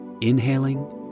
inhaling